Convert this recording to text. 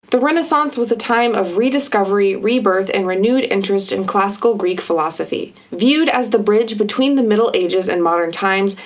the renaissance was a time of rediscovery, rebirth, and renewed interest in classical greek philosophy. viewed as the bridge between the middle ages and modern times,